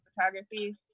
photography